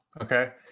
Okay